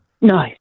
No